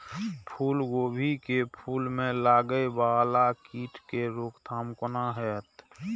फुल गोभी के फुल में लागे वाला कीट के रोकथाम कौना हैत?